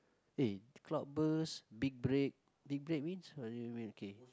eh cloudburst big break big break means what do you mean okay